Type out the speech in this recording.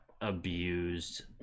abused